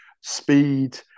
speed